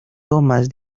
tomas